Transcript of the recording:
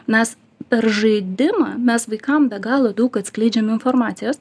mes per žaidimą mes vaikam be galo daug atskleidžiam informacijos